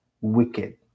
wicked